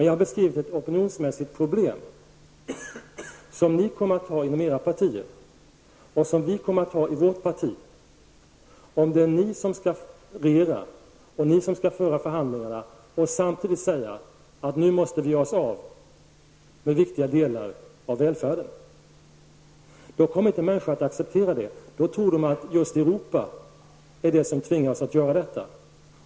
Jag har beskrivit ett opinionsmässigt problem som ni kommer att få inom era partier och som vi kommer att ha i vårt parti. Om det är ni som skall regera och föra förhandlingarna och samtidigt säga att vi i Sverige nu måste göra oss av med viktiga delar av välfärden, kommer inte människorna att acceptera det. De kommer att tro att det är Europa som tvingar oss att göra detta.